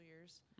years